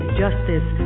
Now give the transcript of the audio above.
justice